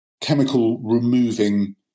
chemical-removing